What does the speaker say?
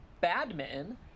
badminton